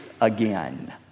again